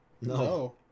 No